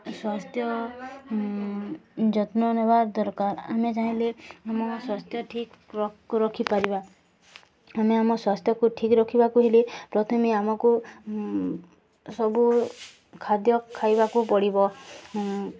ସ୍ୱାସ୍ଥ୍ୟ ଯତ୍ନ ନେବା ଦରକାର ଆମେ ଚାହିଁଲେ ଆମ ସ୍ୱାସ୍ଥ୍ୟ ଠିକ ରଖିପାରିବା ଆମେ ଆମ ସ୍ୱାସ୍ଥ୍ୟକୁ ଠିକ ରଖିବାକୁ ହେଲେ ପ୍ରଥମେ ଆମକୁ ସବୁ ଖାଦ୍ୟ ଖାଇବାକୁ ପଡ଼ିବ